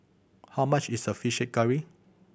how much is a fish curry